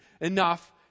enough